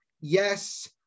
Yes